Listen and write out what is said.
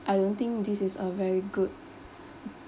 I don't think this is a very good